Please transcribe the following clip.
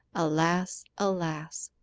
alas, alas!